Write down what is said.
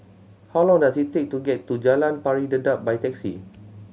how long does it take to get to Jalan Pari Dedap by taxi